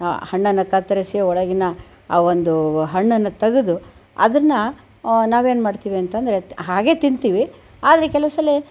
ಆ ಹಣ್ಣನ್ನು ಕತ್ತರಿಸಿ ಒಳಗಿನ ಆ ಒಂದು ಹಣ್ಣನ್ನು ತೆಗೆದು ಅದನ್ನು ಆ ನಾವೇನ್ಮಾಡ್ತೀವಿ ಅಂತಂದ್ರೆ ಹಾಗೆ ತಿಂತೀವಿ ಆದರೆ ಕೆಲವು ಸಲ